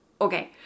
okay